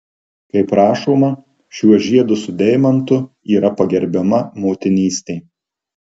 kaip rašoma šiuo žiedu su deimantu yra pagerbiama motinystė